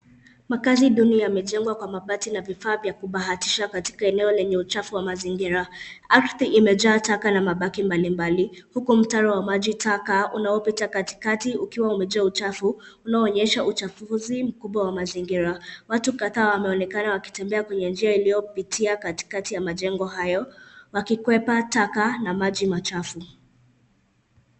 Makazi duni yamejengwa kwa mabati na vifaa vya kubahatisha katika eneo lenye uchavu wa mazingira. Ardhi imejaa taka na mabaki mbalimbali, huku mtaro wa maji taka unaopita katikati ukiwa umejaa uchafu, unaonyesha uchafuzi mkubwa wa mazingira. Watu kadhaa wameonekana wakitembea kwenye njia iliyopitia katikati ya majengo hayo wakikwepa taka na maji machafu.